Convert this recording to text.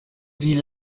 sie